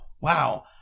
wow